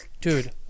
Dude